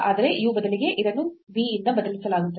ಆದರೆ u ಬದಲಿಗೆ ಇದನ್ನು v ಇಂದ ಬದಲಾಯಿಸಲಾಗುತ್ತದೆ